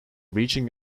reaching